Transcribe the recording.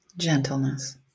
gentleness